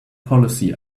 policy